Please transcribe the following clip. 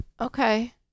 Okay